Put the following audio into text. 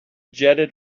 jetted